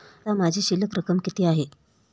आता माझी शिल्लक रक्कम किती आहे?